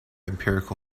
empirical